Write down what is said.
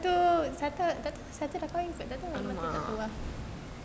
betul satu-satu dah kahwin kot satu nanti dah tua